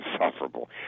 insufferable